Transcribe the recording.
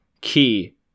Key